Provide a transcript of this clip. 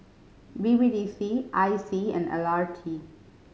B B D C I C and L R T